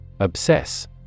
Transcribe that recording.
Obsess